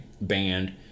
band